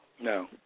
No